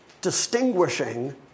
distinguishing